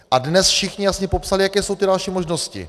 A dnes všichni jasně popsali, jaké jsou ty další možnosti.